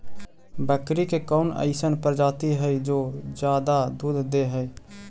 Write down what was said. बकरी के कौन अइसन प्रजाति हई जो ज्यादा दूध दे हई?